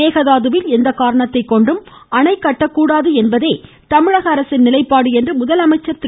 மேகதாதுவில் எக்காரணத்தை கொண்டும் அணை கட்டக்கூடாது என்பதே தமிழக அரசின் நிலைப்பாடு என்று முதலமைச்சர் திரு